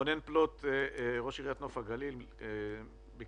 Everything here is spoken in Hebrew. רונן פלוט, ראש עיריית נוף הגליל, בקצרה.